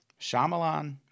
Shyamalan